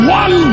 one